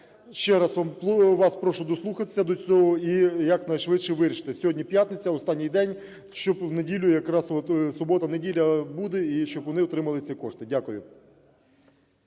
Ще раз вас прошу дослухатися до цього і якнайшвидше вирішити. Сьогодні п'ятниця, останній день, щоб в неділю, якраз субота, неділя буде, і щоб вони отримали ці кошти. Дякую.